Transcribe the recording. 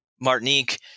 Martinique